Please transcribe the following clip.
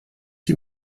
you